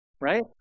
Right